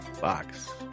box